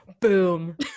Boom